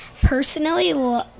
personally